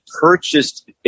purchased